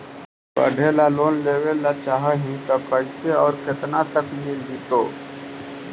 पढ़े ल लोन लेबे ल चाह ही त कैसे औ केतना तक मिल जितै?